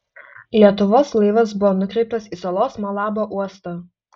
lietuvos laivas buvo nukreiptas į salos malabo uostą